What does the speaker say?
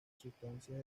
sustancia